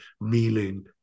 meaning